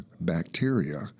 bacteria